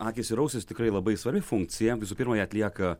akys ir ausys tikrai labai svarbi funkcija visų pirma ją atlieka